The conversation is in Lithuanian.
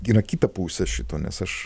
yra kita pusė šito nes aš